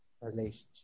relationship